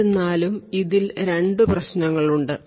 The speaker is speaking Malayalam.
എന്നിരുന്നാലും ഇതിൽ രണ്ട് പ്രശ്നങ്ങളുണ്ട്